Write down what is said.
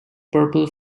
purple